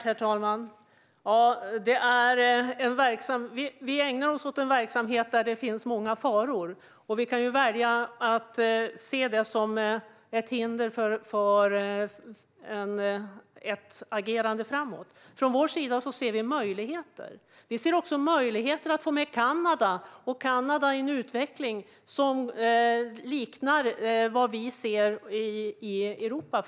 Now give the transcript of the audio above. Herr talman! Vi ägnar oss åt en verksamhet där det finns många faror. Vi kan välja att se det som ett hinder för agerandet framöver. Vi från vår sida ser möjligheter att få med Kanada i en utveckling som liknar den i Europa.